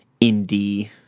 indie